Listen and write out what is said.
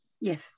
Yes